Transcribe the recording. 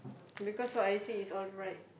because what I said is all right